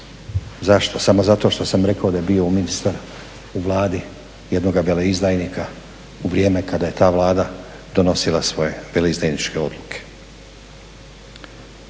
Zašto? Samo zato što sam rekao da je bio ministar u Vladi jednoga veleizdajnika u vrijeme kada je ta Vlada donosila svoje veleizdajničke odluke.